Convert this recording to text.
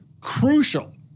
crucial